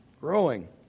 growing